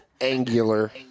Angular